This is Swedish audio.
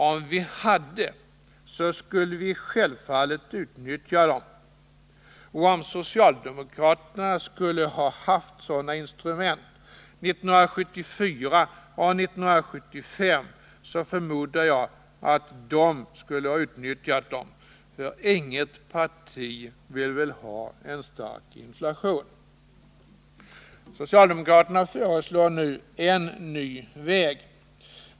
Om vi hade det skulle vi självfallet utnyttja dem, och om socialdemokraterna skulle haft sådana instrument 1974 och 1975, så förmodar jag att de också skulle ha utnyttjat dem. Inget parti vill väl ha en stark inflation. Socialdemokraterna föreslår nu en ny väg.